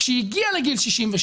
כשהיא הגיעה לגיל 67